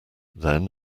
then